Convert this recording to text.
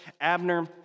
Abner